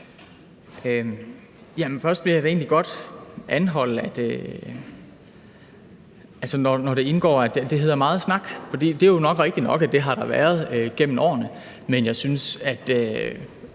Først vil jeg da egentlig godt anholde det, der indgår om, at det hedder meget snak. For det er jo nok rigtigt nok, at det har der været gennem årene, men jeg synes, at